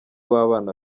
w’abana